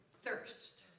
thirst